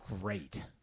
great